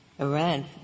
Iran